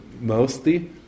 mostly